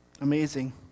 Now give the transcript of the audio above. Amazing